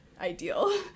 ideal